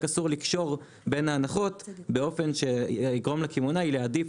רק אסור לקשור בין ההנחות באופן שיגרום לקמעונאי להעדיף